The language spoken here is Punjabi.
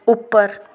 ਉੱਪਰ